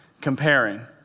comparing